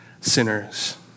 sinners